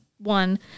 One